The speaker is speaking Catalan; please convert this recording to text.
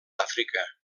àfrica